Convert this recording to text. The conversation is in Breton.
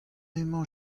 emañ